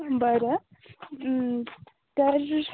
बरं तर